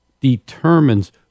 determines